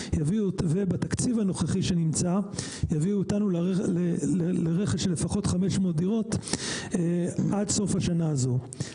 ובתקציב הנוכחי שנמצא לרכש של לפחות 500 דירות עד סוף השנה הזו.